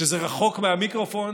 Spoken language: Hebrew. כשזה רחוק מהמיקרופון,